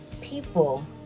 people